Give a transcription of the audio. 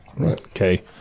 okay